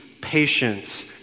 patience